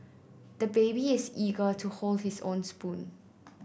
the baby is eager to hold his own spoon